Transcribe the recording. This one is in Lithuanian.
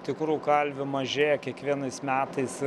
tikrų kalvių mažėja kiekvienais metais